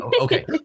Okay